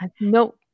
No